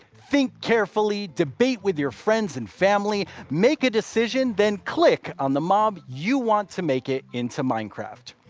think carefully, debate with your friends and family, make a decision, then click on the mob you want to make it into minecraft.